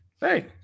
Hey